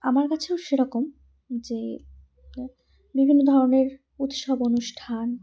আমার কাছেও সেরকম যে বিভিন্ন ধরনের উৎসব অনুষ্ঠান